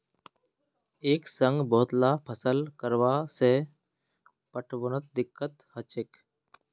एक संग बहुतला फसल लगावा से पटवनोत दिक्कत ह छेक